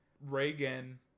Reagan